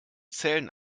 zellen